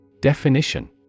Definition